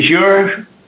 sure